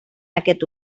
aquest